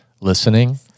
listening